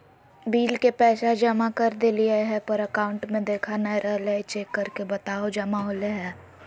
Bill के पैसा जमा कर देलियाय है पर अकाउंट में देखा नय रहले है, चेक करके बताहो जमा होले है?